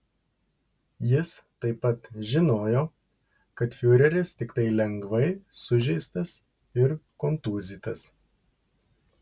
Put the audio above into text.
jis taip pat žinojo kad fiureris tiktai lengvai sužeistas ir kontūzytas